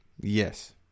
Yes